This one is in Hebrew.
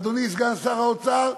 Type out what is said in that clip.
אדוני סגן שר האוצר,